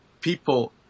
people